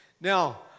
Now